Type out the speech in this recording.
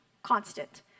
constant